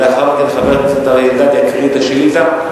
ולאחר מכן חבר הכנסת אריה אלדד יקריא את השאילתא.